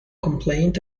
complaint